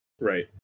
Right